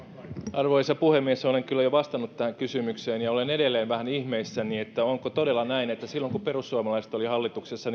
arvoisa puhemies olen kyllä jo vastannut tähän kysymykseen ja olen edelleen vähän ihmeissäni onko todella näin että silloin kun perussuomalaiset olivat hallituksessa